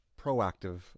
proactive